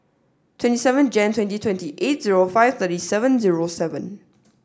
twenty seven Jan twenty twenty eight zero five thirty seven zero seven